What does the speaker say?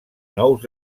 nous